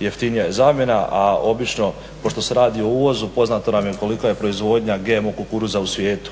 jeftinija je zamjena, a obično pošto se radi o uvozu, poznato nam je kolika je proizvodnja GMO kukuruza u svijetu